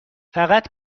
فقط